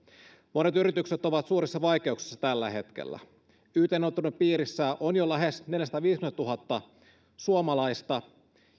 monet yritykset ovat suurissa vaikeuksissa tällä hetkellä yt neuvottelujen piirissä on jo lähes neljäsataaviisikymmentätuhatta suomalaista